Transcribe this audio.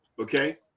Okay